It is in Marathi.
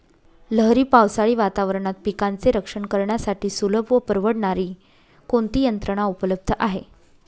लहरी पावसाळी वातावरणात पिकांचे रक्षण करण्यासाठी सुलभ व परवडणारी कोणती यंत्रणा उपलब्ध आहे?